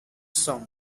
song